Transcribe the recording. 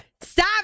Stop